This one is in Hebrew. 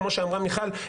כמו שאמרה מיכל,